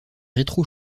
rétro